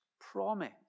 promise